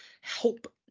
help